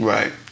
Right